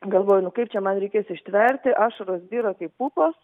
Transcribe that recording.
galvoju nu kaip čia man reikės ištverti ašaros byra kaip pupos